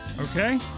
Okay